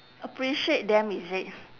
appreciate them is it